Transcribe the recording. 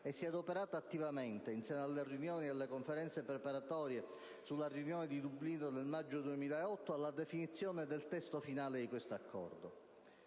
e si è adoperata attivamente in seno alle riunioni ed alle conferenze preparatorie della riunione di Dublino del maggio 2008 alla definizione del testo finale di questo accordo.